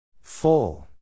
Full